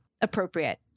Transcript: Appropriate